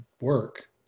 work